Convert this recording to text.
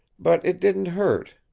but it didn't hurt.